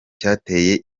cyateye